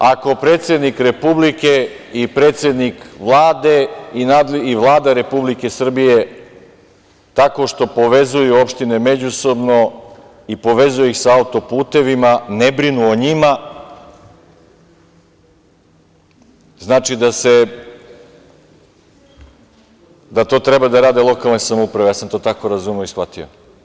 Znači, ako predsednik Republike i predsednik Vlade i Vlada Republike Srbije tako što povezuju opštine međusobno i povezuje ih sa auto-putevima ne brinu o njima, znači da to treba da rade lokalne samouprave - ja sam to tako razumeo i shvatio.